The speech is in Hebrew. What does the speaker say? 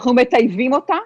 אנחנו מטייבים אותה.